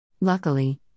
Luckily